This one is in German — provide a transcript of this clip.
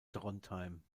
trondheim